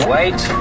wait